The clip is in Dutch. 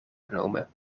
genomen